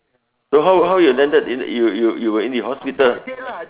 so how how you landed in you you you were in the hospital